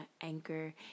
Anchor